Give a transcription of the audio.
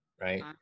right